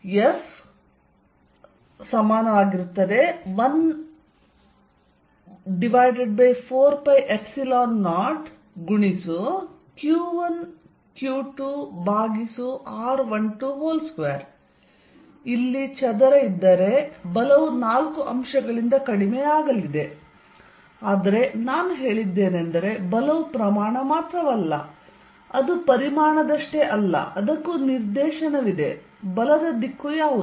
F14π0q1q2r122 ಇಲ್ಲಿ ಚದರ ಇದ್ದರೆ ಬಲವು ನಾಲ್ಕು ಅಂಶಗಳಿಂದ ಕಡಿಮೆಯಾಗಲಿದೆ ಆದರೆ ನಾನು ಹೇಳಿದ್ದೇನೆಂದರೆ ಬಲವು ಪ್ರಮಾಣ ಮಾತ್ರವಲ್ಲ ಅದು ಪರಿಮಾಣದಷ್ಟೇ ಅಲ್ಲ ಅದಕ್ಕೂ ನಿರ್ದೇಶನವಿದೆ ಬಲದ ದಿಕ್ಕು ಯಾವುದು